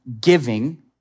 giving